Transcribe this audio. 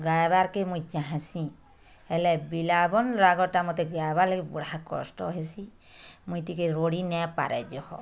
ଗାଇବାରେ କେ ମୁଇଁ ଚାହେଁସି ହେଲେ ବିଲାବନ୍ ରାଗଟା ମୋତେ ଗାବାର ଲାଗି ବଡ଼ା କଷ୍ଟ ହେସି ମୁଁ ଟିକେ ରଡ଼ି ନପାରେ ଯହ